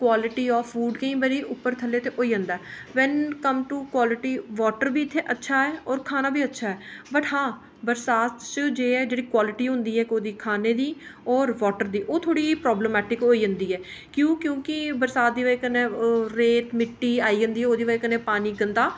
quality of food केईं बारी उप्पर थल्ले ते होई जंदा ऐ when come to quality water बी इत्थै अच्छा ऐ और खाना बी अच्छा बट हां बरसात च जे ऐ जेह्ड़ी क्वालिटी होंदी ऐ ओह् खाने दी और वाटर दी ओह् थोह्ड़ी प्राब्लमैटिक होई जंदी ऐ क्यों क्योंकि बरसात दी बजह् कन्नै रेत मिट्टी पेई जंदी ऐ ओह्दी बजह कन्नै पानी गंदा